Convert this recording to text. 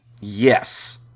Yes